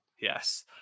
yes